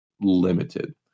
limited